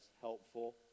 helpful